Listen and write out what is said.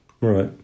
right